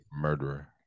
murderer